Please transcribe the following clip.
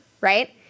right